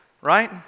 right